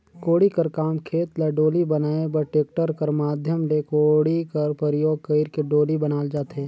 कोड़ी कर काम खेत ल डोली बनाए बर टेक्टर कर माध्यम ले कोड़ी कर परियोग कइर के डोली बनाल जाथे